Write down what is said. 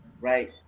Right